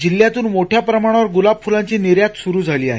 जिल्ह्यातून मोठ्या प्रमाणावर गुलाब फुलांची निर्यात सुरू झाली आहे